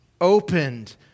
opened